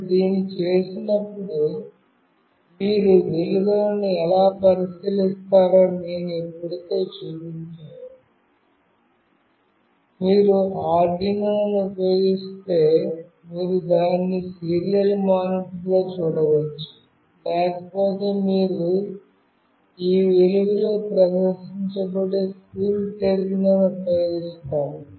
మీరు దీన్ని చేసినప్పుడు మీరు విలువలను ఎలా పరిశీలిస్తారో నేను ఇప్పటికే మీకు చూపించాను మీరు ఆర్డునోను ఉపయోగిస్తే మీరు దానిని సీరియల్ మానిటర్లో చూడవచ్చు లేకపోతే మీరు ఈ విలువలు ప్రదర్శించబడే కూల్టెర్మ్ను ఉపయోగిస్తారు